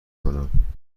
کنم